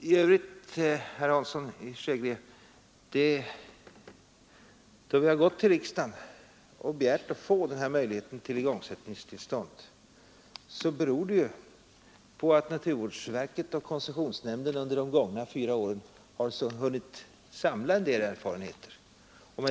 Anledningen till att vi har gått till riksdagen och begärt att få denna möjlighet att lämna igångsättningstillstånd är, herr Hansson i Skegrie, att naturvårdsverket och koncessionsnämnden under de gångna fyra åren har hunnit samla en del erfarenheter.